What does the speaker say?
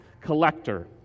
collector